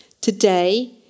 Today